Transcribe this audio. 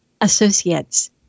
associates